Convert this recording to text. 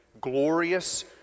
glorious